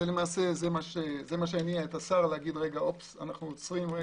זה מה שהניע את השר לומר: אנחנו עוצרים,